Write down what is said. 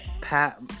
Pat